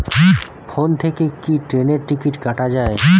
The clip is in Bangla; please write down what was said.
ফোন থেকে কি ট্রেনের টিকিট কাটা য়ায়?